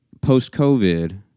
post-COVID